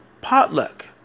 potluck